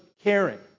caring